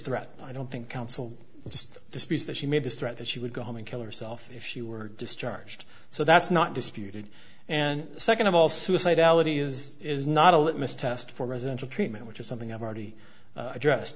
threat i don't think counsel just disputes that she made this threat that she would go home and kill herself if she were discharged so that's not disputed and second of all suicidality is is not a litmus test for residential treatment which is something i've already addressed